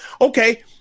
Okay